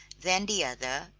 then the other,